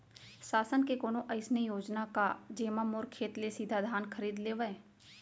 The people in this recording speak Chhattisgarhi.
शासन के कोनो अइसे योजना हे का, जेमा मोर खेत ले सीधा धान खरीद लेवय?